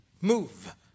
move